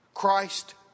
Christ